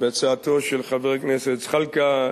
בהצעתו של חבר הכנסת זחאלקה,